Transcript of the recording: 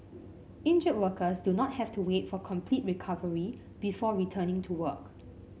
injured workers do not have to wait for complete recovery before returning to work